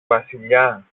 βασιλιά